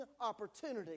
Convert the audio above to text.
opportunity